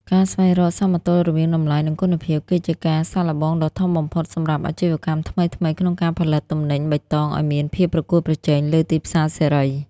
ការស្វែងរក "សមតុល្យរវាងតម្លៃ និងគុណភាព" គឺជាការសាកល្បងដ៏ធំបំផុតសម្រាប់អាជីវកម្មថ្មីៗក្នុងការផលិតទំនិញបៃតងឱ្យមានភាពប្រកួតប្រជែងលើទីផ្សារសេរី។